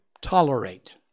tolerate